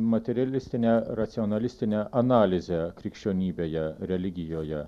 materialistinę racionalistinę analizę krikščionybėje religijoje